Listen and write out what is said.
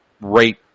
rate